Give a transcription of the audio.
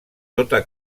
tota